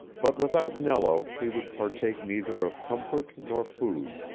but without nello he would partake neither of comfort nor food.